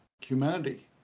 humanity